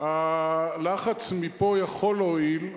הלחץ מפה יכול להועיל,